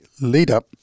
lead-up